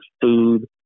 food